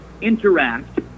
interact